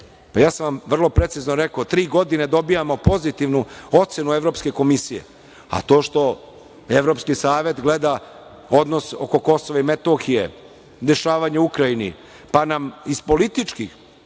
Pa ja sam vam vrlo precizno rekao – tri godine dobijamo pozitivnu ocenu Evropske komisije, a to što Evropski savet gleda odnos oko Kosova i Metohije, dešavanja u Ukrajini, pa nam iz političkih,